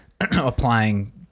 applying